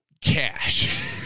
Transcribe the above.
cash